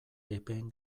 epeen